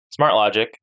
SmartLogic